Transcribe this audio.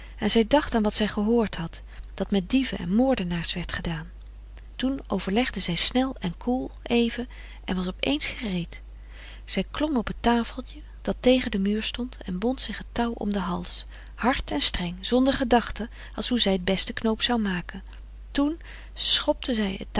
en zij dacht aan wat zij gehoord had dat met dieven en moordenaars werd gedaan toen overlegde zij snel en koel even en was op eens gereed zij klom op het tafeltje dat tegen den muur stond en bond zich het touw om den hals hard en streng zonder gedachten als hoe zij t best den knoop zou maken toen schopte zij